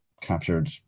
captured